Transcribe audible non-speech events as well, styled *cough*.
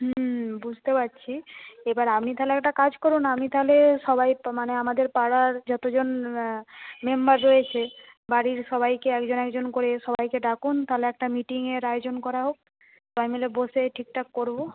হুম বুঝতে পারছি এবার আপনি তাহলে একটা কাজ করুন না আপনি তাহলে সবাই *unintelligible* মানে আমাদের পাড়ার যতজন মেম্বার রয়েছে বাড়ির সবাইকে একজন একজন করে সবাইকে ডাকুন তাহলে একটা মিটিংয়ের আয়োজন করা হোক *unintelligible* মিলে বসে ঠিকঠাক করব